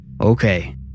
Okay